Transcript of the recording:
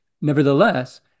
Nevertheless